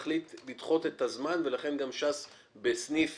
מחליט לדחות את הזמן ולכן גם ש"ס בסניף